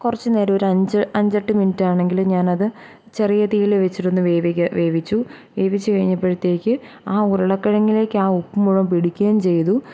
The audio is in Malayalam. കുറച്ചുനേരം ഒരു അഞ്ച് അഞ്ചെട്ടു മിനിറ്റ് ആണെങ്കിലും ഞാനത് ചെറിയ തീയിൽ വെച്ചിട്ടൊന്നു വേവിച്ചു വേവിച്ചു കഴിഞ്ഞപ്പോഴത്തേക്ക് ആ ഉരുളക്കിഴങ്ങിലേക്ക് ആ ഉപ്പും മുളകും പിടിക്കുകയും ചെയ്തു